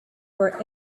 for